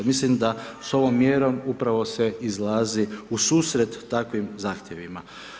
Mislim da s ovom mjerom upravo se izlazi u susret takvim zahtjevima.